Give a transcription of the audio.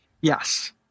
yes